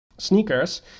sneakers